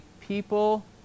people